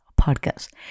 podcast